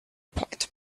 point